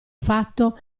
fatto